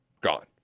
gone